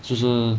就是